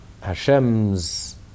Hashem's